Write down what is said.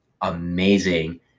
amazing